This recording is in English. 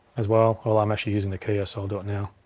as well. well, i'm actually using the keyer so i'll do it now.